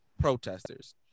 protesters